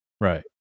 right